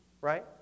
right